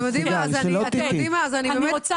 אני חושבת